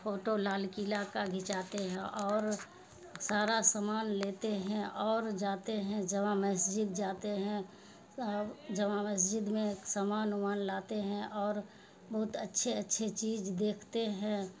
photo Lal Qila کا کھنچاتے ہیں اور سارا سامان لیتے ہیں اور جاتے ہیں جامع مسجد جاتے ہیں جامع مسجد میں سامان ومان لاتے ہیں اور بہت اچھے اچھے چیز دیکھتے ہیں